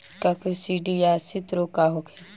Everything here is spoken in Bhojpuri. काकसिडियासित रोग का होखे?